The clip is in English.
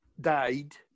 died